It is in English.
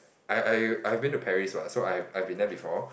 I I I have been to Paris what so I've I have been there before